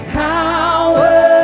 power